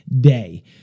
day